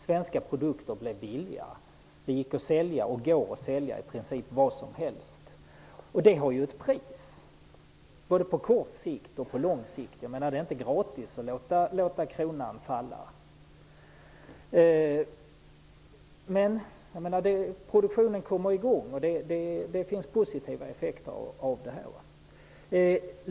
Svenska produkter blev billigare. Det gick att sälja i princip vad som helst. Det har ett pris både på kort sikt och på lång sikt. Det är inte gratis att låta kronans värde falla. Produktionen kom ju i gång, och det har positiva effekter.